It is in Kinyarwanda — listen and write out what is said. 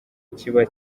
kiba